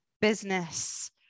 business